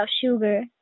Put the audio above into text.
sugar